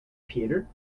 peter